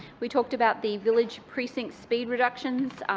we talked about the village precinct speed reductions,